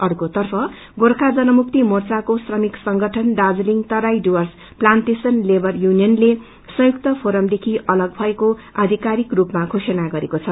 अर्कोतर्फ गोर्खा जनमुक्ति मोर्चाको श्रमिक संगठन दार्णीलिङ तराइ डुव्रस लान्टेशन लेवर मुनियनले संयुक्त फोरमदेखि अलग भएको आष्क्रारिक रूपमा षोषणा गरेको छ